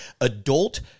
adult